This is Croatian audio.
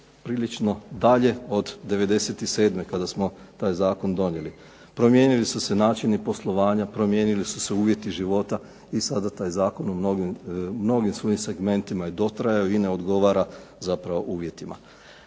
prilično dalje od '97. kada smo taj zakon donijeli. Promijenili su se načini poslovanja, promijenili su se uvjeti života i sada taj zakon u mnogim svojim segmentima je dotrajao i ne odgovara zapravo uvjetima,